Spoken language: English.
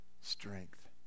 strength